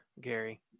Gary